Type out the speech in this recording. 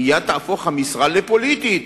מייד תהפוך המשרה לפוליטית